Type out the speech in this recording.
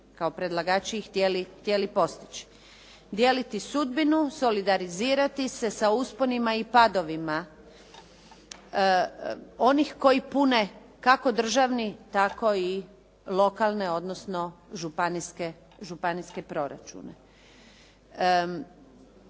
kao predlagači i htjeli postići. Dijeliti sudbinu, solidarizirati se sa usponima i padovima onih koji pune, kako državni, tako i lokalne, odnosno županijske proračune.